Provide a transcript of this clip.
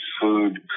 food